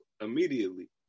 immediately